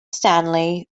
stanley